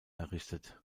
errichtet